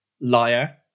Liar